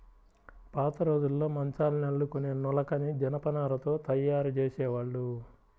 పాతరోజుల్లో మంచాల్ని అల్లుకునే నులకని జనపనారతో తయ్యారు జేసేవాళ్ళు